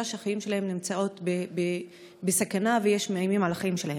שהחיים שלהן בסכנה ומאיימים על החיים שלהן.